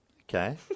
Okay